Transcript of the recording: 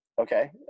Okay